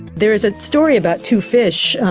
there is a story about two fish,